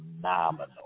phenomenal